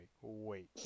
Wait